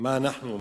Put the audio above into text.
מה עושים.